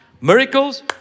Miracles